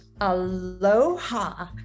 Aloha